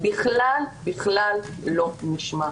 בכלל בכלל לא נשמע.